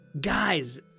Guys